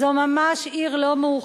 כמה אתה צודק.